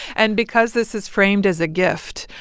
and because this is framed as a gift,